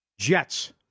Jets